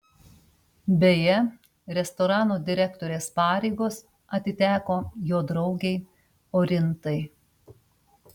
beje restorano direktorės pareigos atiteko jo draugei orintai